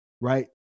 right